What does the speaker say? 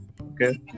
Okay